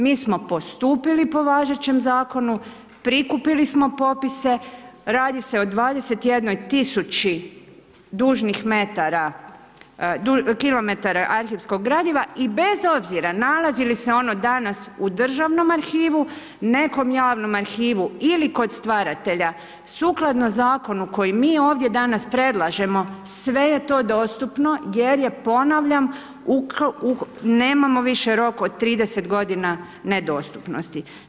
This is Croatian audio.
Mi smo postupili po važećem zakonu, prikupili smo popise, radi se o 21 000 dužnih kilometara arhivskog gradiva i bez obzira nalazi li se ono danas u državnom arhivu, nekom javnom arhivu ili kod stvaratelja, sukladno zakonu koji mi ovdje danas predlažemo, sve je to dostupno jer je ponavljam, nemamo više rok od 30 godina nedostupnosti.